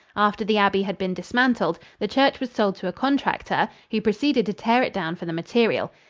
after the abbey had been dismantled, the church was sold to a contractor, who proceeded to tear it down for the material.